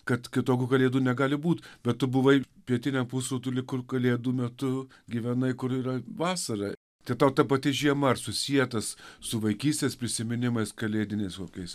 kad kitokių kalėdų negali būt bet tu buvai pietiniam pusrutuly kur kalėdų metu gyvenai kur yra vasara tai tau ta pati žiema ar susietas su vaikystės prisiminimais kalėdiniais kokiais razinomis